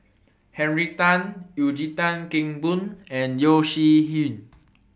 Henry Tan Eugene Tan Kheng Boon and Yeo Shih Yun